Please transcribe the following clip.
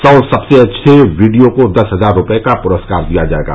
सौ सबसे अच्छे वीडियो को दस हजार रूपये का पुरस्कार दिया जायेगा